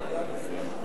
רציתי לשאול,